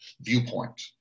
viewpoint